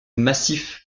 massif